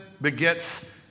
begets